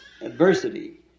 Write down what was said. adversity